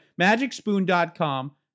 Magicspoon.com